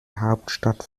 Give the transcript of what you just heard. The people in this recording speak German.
hauptstadt